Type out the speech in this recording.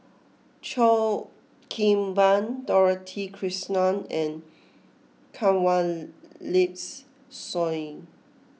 Cheo Kim Ban Dorothy Krishnan and Kanwaljit Soin